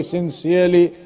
sincerely